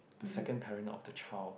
the second parent of the child